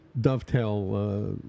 dovetail